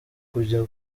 kujya